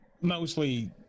mostly